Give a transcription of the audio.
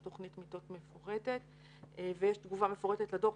יש תוכנית מיטות מפורטת ויש תגובה מפורטת לדוח,